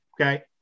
okay